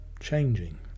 changing